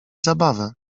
zabawę